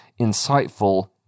insightful